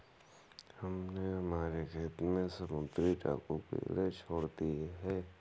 हमने हमारे खेत में समुद्री डाकू कीड़े छोड़ दिए हैं